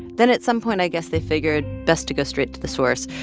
then at some point, i guess, they figured, best to go straight to the source.